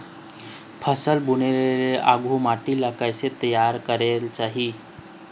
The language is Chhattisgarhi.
फसल बुने ले आघु माटी ला कइसे तियार करेक चाही?